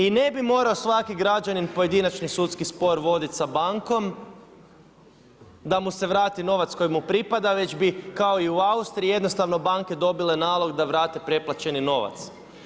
I ne bi morao svaki građanin pojedinačni sudski spor voditi sa bankom da mu se vrati novac koji mu pripada, već bi kao i u Austriji jednostavno banke dobile nalog da vrate preplaćeni novac.